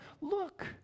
Look